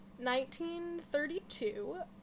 1932